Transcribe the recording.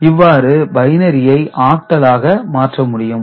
இவ்வாறு பைனரியை ஆக்டலாக மாற்ற முடியும்